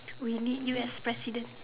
we need you as president